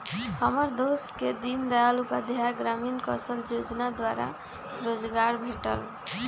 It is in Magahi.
हमर दोस के दीनदयाल उपाध्याय ग्रामीण कौशल जोजना द्वारा रोजगार भेटल